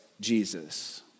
Jesus